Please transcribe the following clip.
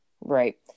Right